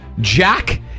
Jack